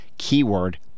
keyword